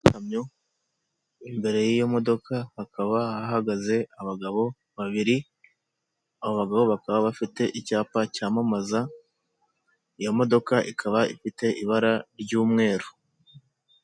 Ikamyo, imbere y'iyo modoka hakaba hahagaze abagabo babiri, aba bagabo bakaba bafite icyapa cyamamaza, iyo modoka ikaba ifite ibara ry'umweru.